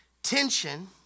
Tension